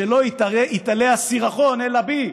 לא ייתלה הסירחון אלא בי".